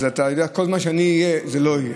אז אתה יודע, אז כל זמן שאני אהיה, זה לא יהיה.